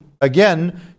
again